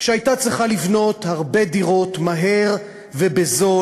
כשהייתה צריכה לבנות הרבה דירות מהר ובזול,